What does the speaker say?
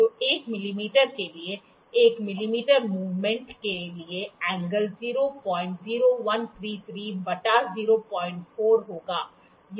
तो 1 मिमी के लिए 1 मिमी मूवमेंट के लिए एंगल 00133 बटा 04 होगा